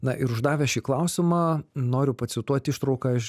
na ir uždavęs šį klausimą noriu pacituot ištrauką iš